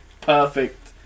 perfect